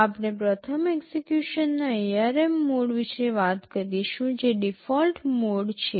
આપણે પ્રથમ એક્ઝેક્યુશનના ARM મોડ વિશે વાત કરીશું જે ડિફોલ્ટ મોડ છે